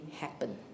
happen